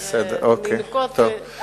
ננקוט,